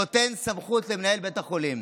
נותן סמכות למנהל בית החולים.